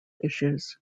issues